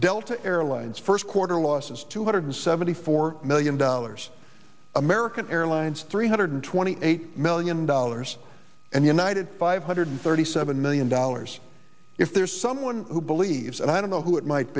delta airlines first quarter losses two hundred seventy four million dollars american airlines three hundred twenty eight million dollars and united five hundred thirty seven million dollars if there is someone who believes and i don't know who it might